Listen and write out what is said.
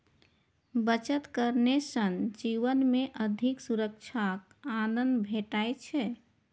बचत करने सं जीवन मे अधिक सुरक्षाक आनंद भेटै छै